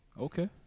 Okay